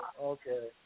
Okay